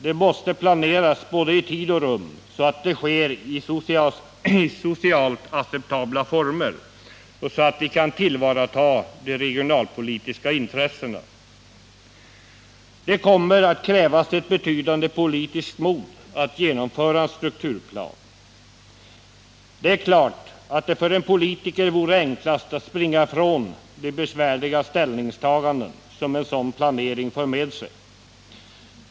De måste planeras i både tid och rum så att de sker i socialt acceptabla former och så att vi kan tillvarata de regionalpolitiska intressena. Det kommer att krävas ett betydande politiskt mod att genomföra en strukturplan. Det är klart att det för en politiker vore enklast att springa ifrån de besvärliga ställningstaganden som en sådan planering för med sig.